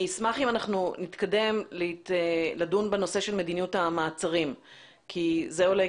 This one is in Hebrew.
אני אשמח אם אנחנו נתקדם לדון בנושא של מדיניות המעצרים כי זה עולה